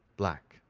black,